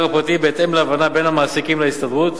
הפרטי בהתאם להבנה בין המעסיקים להסתדרות.